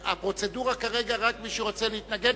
הפרוצדורה כעת היא רק מי שרוצה להתנגד,